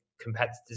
competitors